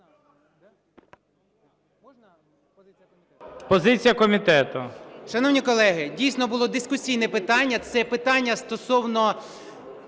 Позиція комітету.